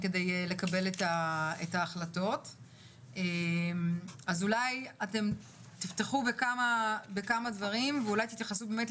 האם לקחתם בחשבון את כמות החוזרים ביחס לחודש הקודם?